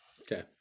okay